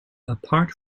apart